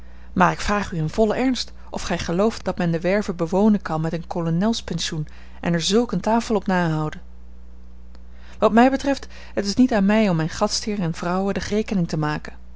maar ik vraag u in vollen ernst of gij gelooft dat men de werve bewonen kan met een kolonelspensioen en er zulk eene tafel op nahouden wat mij betreft het is niet aan mij om mijn gastheer en vrouwe de rekening te maken